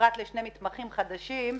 פרט לשני מתמחים חדשים,